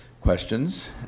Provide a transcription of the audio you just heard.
questions